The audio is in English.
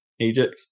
Egypt